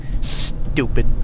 Stupid